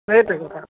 সেইটা কথা